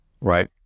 right